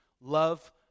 Love